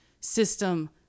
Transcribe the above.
system